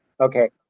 Okay